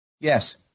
Yes